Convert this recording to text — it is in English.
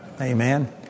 Amen